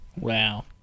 Wow